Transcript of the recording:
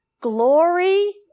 Glory